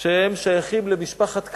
ששייכים למשפחת כהנא,